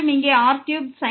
மற்றும் இங்கே r3